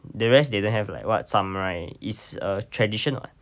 the rest they don't have like what samurai is a tradition [what]